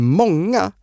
många